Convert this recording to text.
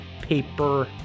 paper